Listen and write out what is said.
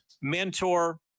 mentor